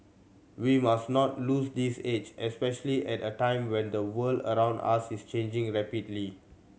we must not lose this edge especially at a time when the world around us is changing rapidly